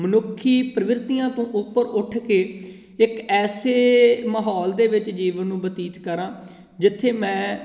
ਮਨੁੱਖੀ ਪ੍ਰਵਿਰਤੀਆਂ ਤੋਂ ਉਪਰ ਉੱਠ ਕੇ ਇੱਕ ਐਸੇ ਮਾਹੌਲ ਦੇ ਵਿੱਚ ਜੀਵਨ ਨੂੰ ਬਤੀਤ ਕਰਾਂ ਜਿੱਥੇ ਮੈਂ